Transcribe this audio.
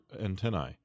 antennae